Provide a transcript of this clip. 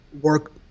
work